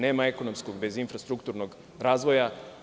Nema ekonomskog bez infrastrukturnog razvoja.